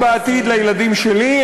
אין בה עתיד לילדים שלי,